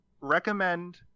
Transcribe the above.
recommend